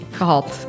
gehad